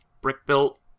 brick-built